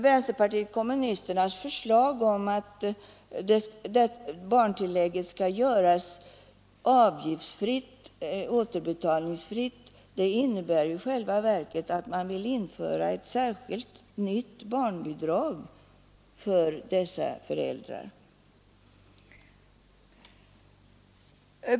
Vänsterpartiet kommunisternas förslag om att barntillägget i sådana här fall skall göras återbetalningsfritt innebär i själva verket att man vill införa ett särskilt nytt barnbidrag för dessa föräldrar.